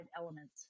elements